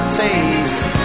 taste